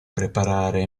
preparare